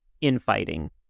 infighting